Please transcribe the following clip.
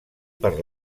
per